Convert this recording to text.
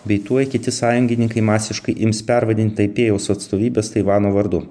bei tuoj kiti sąjungininkai masiškai ims pervadint taipėjaus atstovybės taivano vardu